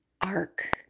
ark